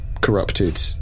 corrupted